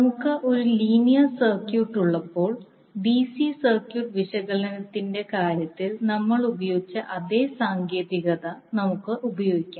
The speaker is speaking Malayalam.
നമുക്ക് ഒരു ലീനിയർ സർക്യൂട്ട് ഉള്ളപ്പോൾ ഡിസി സർക്യൂട്ട് വിശകലനത്തിന്റെ കാര്യത്തിൽ നമ്മൾ ഉപയോഗിച്ച അതേ സാങ്കേതികത നമുക്ക് ഉപയോഗിക്കാം